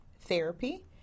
therapy